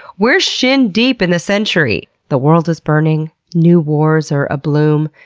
we're shin deep in the century. the world is burning, new wars are abloom,